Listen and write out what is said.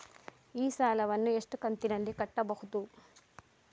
ಈ ಸಾಲವನ್ನು ಎಷ್ಟು ಕಂತಿನಲ್ಲಿ ಕಟ್ಟಬಹುದು?